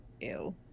ew